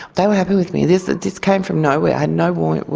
they were happy with me. this ah this came from nowhere, i had no warning.